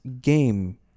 game